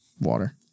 Water